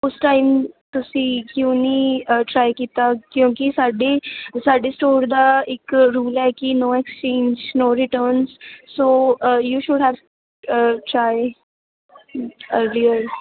ਉਸ ਟਾਈਮ ਤੁਸੀਂ ਕਿਉਂ ਨਹੀਂ ਟਰਾਈ ਕੀਤਾ ਕਿਉਂਕਿ ਸਾਡੇ ਸਾਡੇ ਸਟੋਰ ਦਾ ਇੱਕ ਰੂਲ ਹੈ ਕਿ no exchange no returns so you should have try real